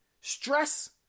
stress